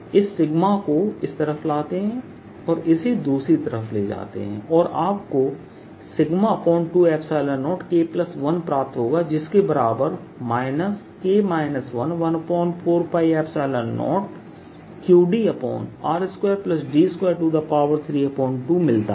इस सिग्मा को इस तरफ लाते हैं और इसे दूसरी तरफ ले जाते हैं और आपको 20K1 प्राप्त होगा जिसके बराबर 14π0qdr2d232मिलता है